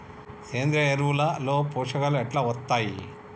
సేంద్రీయ ఎరువుల లో పోషకాలు ఎట్లా వత్తయ్?